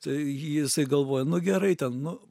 tai jisai galvoja nu gerai ten nu